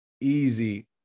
easy